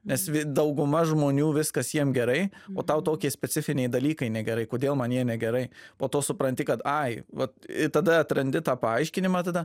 nes dauguma žmonių viskas jiem gerai o tau tokie specifiniai dalykai negerai kodėl man jie negerai po to supranti kad ai vat tada atrandi tą paaiškinimą tada